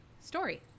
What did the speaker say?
story